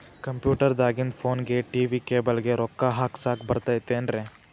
Computer ದಾಗಿಂದ್ ಫೋನ್ಗೆ, TV cable ಗೆ, ರೊಕ್ಕಾ ಹಾಕಸಾಕ್ ಬರತೈತೇನ್ರೇ?